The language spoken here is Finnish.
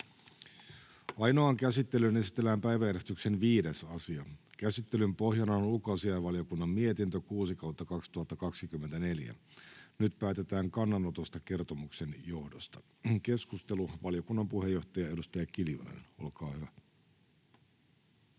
Ainoaan käsittelyyn esitellään päiväjärjestyksen 5. asia. Käsittelyn pohjana on ulkoasiainvaliokunnan mietintö UaVM 6/2024 vp. Nyt päätetään kannanotosta kertomuksen johdosta. — Keskustelu. Valiokunnan puheenjohtaja, edustaja Kiljunen, olkaa hyvä.